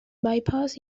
bypass